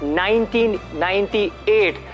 1998